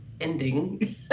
ending